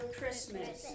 Christmas